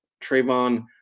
Trayvon